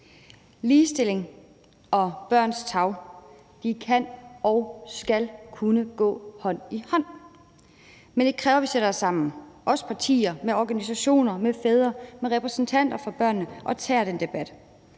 Ligestilling og børns tarv kan og skal kunne gå hånd i hånd. Men det kræver, vi sætter os sammen, os partier, med organisationer, med fædre, med repræsentanter for børnene og tager den debat.